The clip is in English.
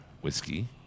whiskey